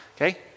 okay